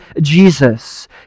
Jesus